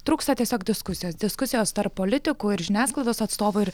trūksta tiesiog diskusijos diskusijos tarp politikų ir žiniasklaidos atstovų ir